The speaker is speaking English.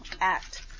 act